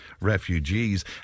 refugees